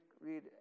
read